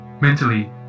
Mentally